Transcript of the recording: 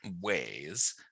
ways